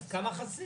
אז כמה חסר?